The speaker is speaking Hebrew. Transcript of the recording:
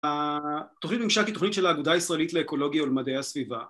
התוכנית ממשק היא תוכנית של האגודה הישראלית לאקולוגיה ולמדעי הסביבה